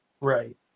Right